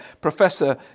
Professor